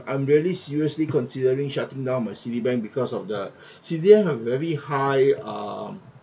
I'm really seriously considering shutting down my Citibank because of the Citibank have a very high uh